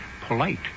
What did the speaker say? polite